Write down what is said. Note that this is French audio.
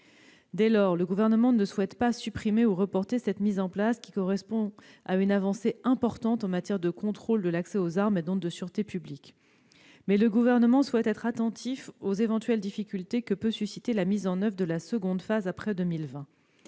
Dès lors, le Gouvernement ne souhaite pas supprimer ou reporter sa mise en place, qui correspond à une avancée importante en matière de contrôle de l'accès aux armes et donc de sûreté publique. Mais il demeure attentif aux éventuelles difficultés que peut susciter la mise en oeuvre de la seconde phase, après 2020.